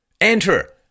Enter